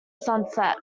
sunset